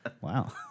Wow